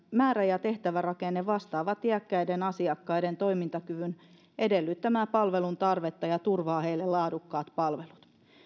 määrä ja tehtävärakenne vastaavat iäkkäiden asiakkaiden toimintakyvyn edellyttämää palveluntarvetta ja turvaavat heille laadukkaat palvelut